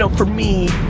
so for me,